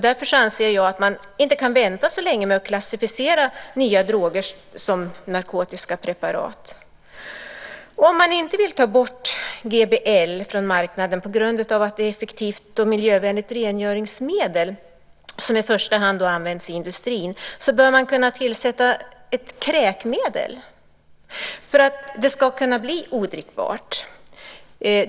Därför anser jag att man inte kan vänta så länge med att klassificera nya droger som narkotiska preparat. Om man inte vill ta bort GBL från marknaden på grund av att det är ett effektivt och miljövänligt rengöringsmedel som i första hand används i industrin, bör man kunna tillsätta ett kräkmedel för att det ska kunna bli odrickbart.